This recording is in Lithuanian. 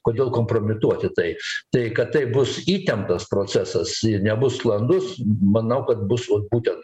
kodėl kompromituoti tai tai kad tai bus įtemptas procesas nebus landus manau kad bus būtent